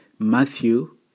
Matthew